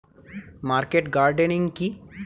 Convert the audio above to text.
Market gardening কি?